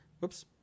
Whoops